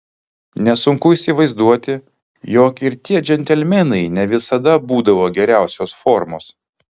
nesunku įsivaizduoti jog ir tie džentelmenai ne visada būdavo geriausios formos